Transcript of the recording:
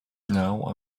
now